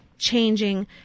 changing